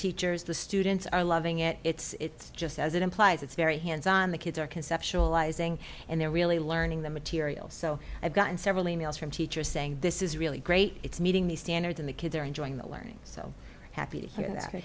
teachers the students are loving it it's just as it implies it's very hands on the kids are conceptualizing and they're really learning the material so i've gotten several emails from teachers saying this is really great it's meeting the standards in the kids are enjoying the learning so happy to hear that